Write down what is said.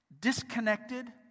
disconnected